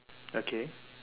okay